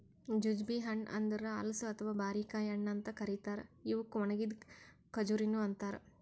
jujube ಹಣ್ಣ ಅಂದುರ್ ಹಲಸು ಅಥವಾ ಬಾರಿಕಾಯಿ ಹಣ್ಣ ಅಂತ್ ಕರಿತಾರ್ ಇವುಕ್ ಒಣಗಿದ್ ಖಜುರಿನು ಅಂತಾರ